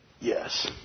yes